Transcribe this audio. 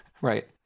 right